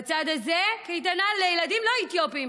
בצד הזה לילדים לא אתיופים.